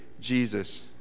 Jesus